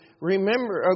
remember